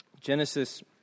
Genesis